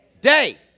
Day